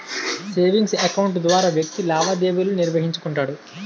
savings account ద్వారా వ్యక్తి లావాదేవీలు నిర్వహించుకుంటాడు